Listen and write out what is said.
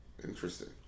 Interesting